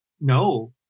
No